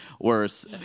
worse